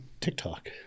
TikTok